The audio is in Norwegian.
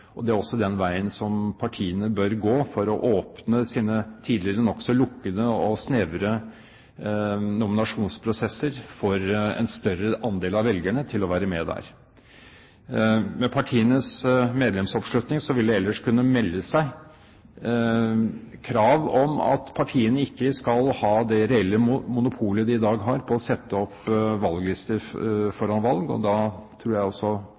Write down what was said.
Det er også den veien partiene bør gå for å åpne sine tidligere nokså lukkede og snevre nominasjonsprosesser for en større andel av velgerne, slik at de kan være med der. Med partienes medlemsoppslutning vil det ellers kunne melde seg krav om at partiene ikke skal ha det reelle monopolet de i dag har på å sette opp valglister foran valg, og da tror jeg også